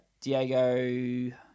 Diego